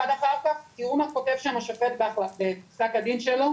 תראו מה כותב שם השופט בפסק הדין שלו: